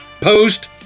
post